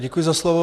Děkuji za slovo.